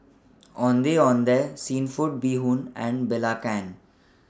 Ondeh Ondeh Seafood Bee Hoon and Belacan